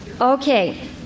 Okay